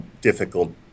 difficult